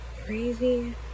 crazy